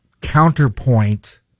counterpoint